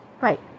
right